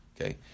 Okay